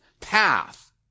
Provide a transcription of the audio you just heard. path